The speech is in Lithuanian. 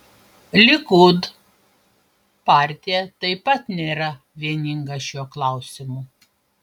likud partija taip pat nėra vieninga šiuo klausimu